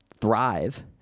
thrive